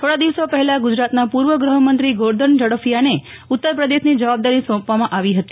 થોડા દિવસો પફેલા ગુજરાતના પૂર્વ ગૃફમંત્રી ગોરધન ઝડફિયાને ઉત્તરપ્રદેશની જવાબદારી સોંપવામાં આવી હતી